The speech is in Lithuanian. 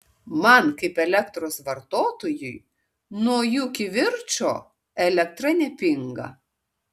man kaip elektros vartotojui nuo jų kivirčo elektra nepinga